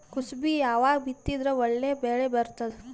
ಕುಸಬಿ ಯಾವಾಗ ಬಿತ್ತಿದರ ಒಳ್ಳೆ ಬೆಲೆ ಬರತದ?